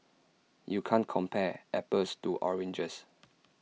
you can't compare apples to oranges